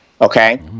Okay